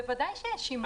בוודאי יש שימוע.